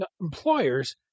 employers